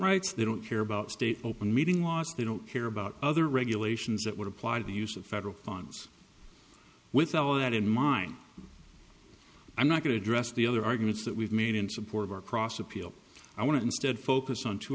rights they don't care about state open meeting last they don't care about other regulations that would apply to the use of federal funds without that in mind i'm not going to address the other arguments that we've made in support of our cross appeal i want to instead focus on t